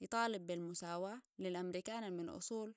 يطالب بالمساواة للامريكان المن اصول